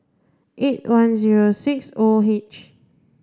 eight one zero six O H